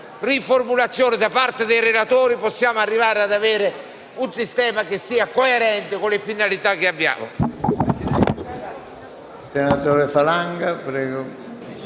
riformulazione da parte dei relatori, possiamo arrivare ad avere un sistema coerente con le finalità che ci poniamo.